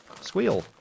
squeal